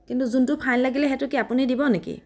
কিন্তু যোনটো ফাইন লাগিলে সেইটো কি আপুনি দিব নেকি